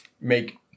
make